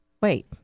wait